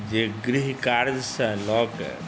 जे गृहकार्यसँ लऽ कऽ